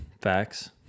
facts